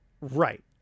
Right